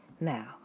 Now